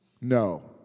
No